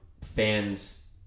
fans